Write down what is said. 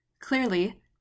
Clearly